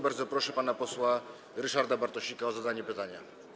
Bardzo proszę pana posła Ryszarda Bartosika o zadanie pytania.